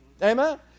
Amen